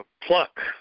pluck